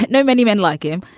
no, many men like him.